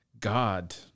god